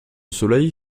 soleil